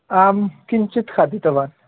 आं किञ्चित् खादितवान्